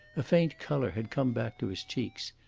a faint colour had come back to his cheeks,